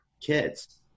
kids